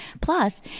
Plus